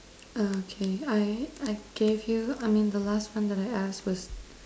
uh okay I I gave you I mean the last one that I asked was